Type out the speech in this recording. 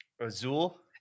Azul